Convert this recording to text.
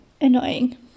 annoying